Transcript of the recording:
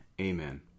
Amen